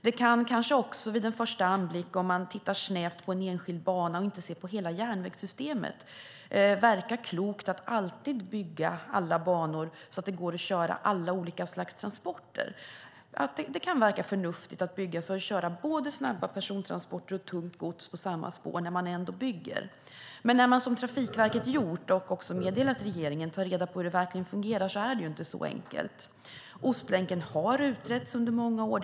Det kan kanske också vid en första anblick, om man tittar snävt på en enskild bana och inte ser på hela järnvägssystemet, verka klokt att alltid bygga alla banor så att det går att köra alla olika slags transporter. Det kan verka förnuftigt att bygga för att köra både snabba persontransporter och tungt gods på samma spår när man ändå bygger. Men när man, som Trafikverket gjort och också meddelat regeringen, tar reda på hur det verkligen fungerar är det inte så enkelt. Ostlänken har utretts under många år.